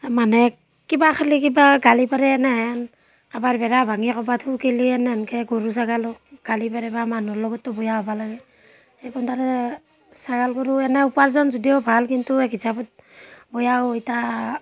মানে কিবা খালি কিবা গালি পাৰেনে এনেহেন কাৰোবাৰ বেৰা ভাঙি কাৰোবাত সুৰকিলে এনেহেনকৈ গৰু ছাগালক গালি পাৰে বা মানুহৰ লগতো বেয়া হ'ব লাগে এখন তাৰে ছাগাল গৰু এনেই উপাৰ্জন যদিও ভাল কিন্তু এক হিচাপত বেয়া হয় তাৰ